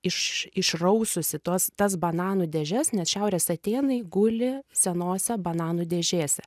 iš išraususi tuos tas bananų dėžes nes šiaurės atėnai guli senose bananų dėžėse